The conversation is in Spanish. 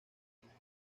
origen